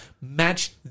match